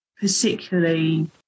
particularly